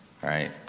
right